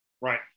Right